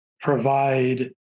provide